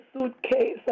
suitcase